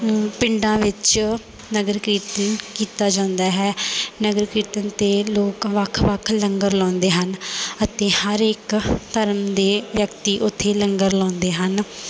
ਪਿੰਡਾਂ ਵਿੱਚ ਨਗਰ ਕੀਰਤਨ ਕੀਤਾ ਜਾਂਦਾ ਹੈ ਨਗਰ ਕੀਰਤਨ 'ਤੇ ਲੋਕ ਵੱਖ ਵੱਖ ਲੰਗਰ ਲਗਾਉਂਦੇ ਹਨ ਅਤੇ ਹਰ ਇੱਕ ਧਰਮ ਦੇ ਵਿਅਕਤੀ ਉੱਥੇ ਲੰਗਰ ਲਗਾਉਂਦੇ ਹਨ